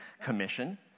Commission